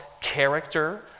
character